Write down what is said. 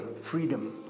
Freedom